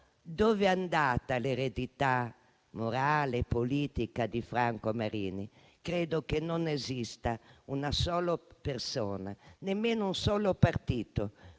dove è andata l'eredità morale e politica di Franco Marini? Credo che non esista una sola persona, nemmeno un solo partito,